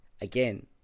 Again